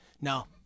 No